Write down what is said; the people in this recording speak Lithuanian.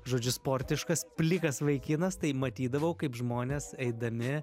žodžiu sportiškas plikas vaikinas tai matydavau kaip žmonės eidami